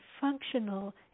functional